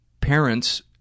parents